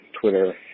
Twitter